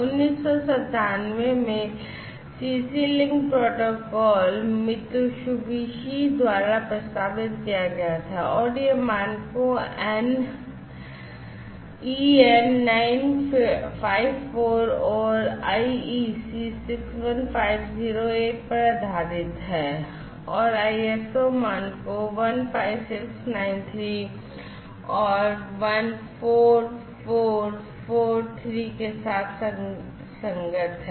1997 में CC link protocol Mitsubishi द्वारा प्रस्तावित किया गया था और यह मानकों EN 954 और IEC 61508 पर आधारित है और ISO मानकों 15693 और 14443 के साथ संगत है